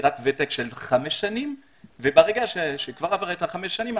צבירת ותק של חמש שנים וברגע שעברו חמש השנים,